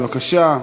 בבקשה.